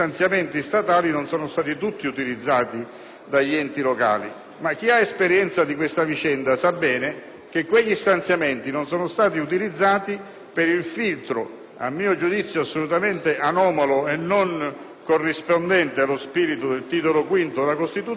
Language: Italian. ma chi ha esperienza di questa vicenda sa bene che essi non sono stati utilizzati per il filtro - a mio giudizio, assolutamente anomalo e non corrispondente allo spirito del Titolo V della Costituzione - che le Regioni hanno imposto